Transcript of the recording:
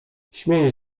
śmieje